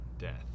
Death